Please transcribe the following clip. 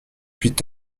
huit